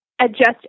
Adjust